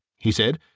he said,